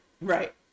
right